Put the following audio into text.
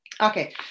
Okay